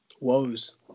Woes